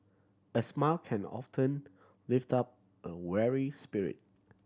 a smile can often lift up a weary spirit